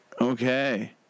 Okay